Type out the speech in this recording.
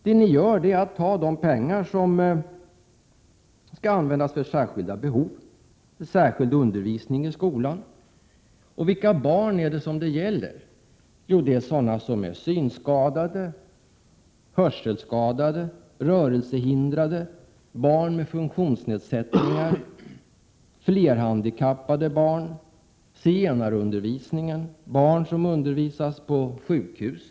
Vad ni gör är att ni tar de pengar som skall användas för särskilda behov och särskild Prot. 1987/88:123 undervisning i skolan. Och vilka barn gäller det? 19 maj 1988 Ja, det är barn som är synskadade, hörselskadade, rörelsehindrade, barn med funktionsnedsättningar, flerhandikappade barn, barn som deltar i zigenarundervisning, barn som undervisas på sjukhus.